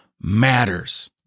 matters